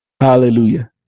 Hallelujah